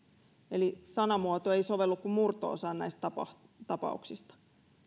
eli sanamuoto ei sovellu kuin murto osaan näistä tapauksista